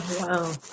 Wow